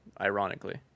ironically